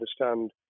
understand